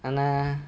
ஆனா:aana